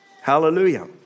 Hallelujah